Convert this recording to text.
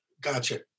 Gotcha